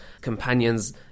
companions